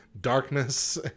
darkness